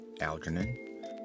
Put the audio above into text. Algernon